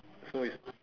so is